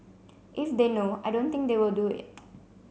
if they know I don't think they will do it